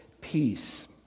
peace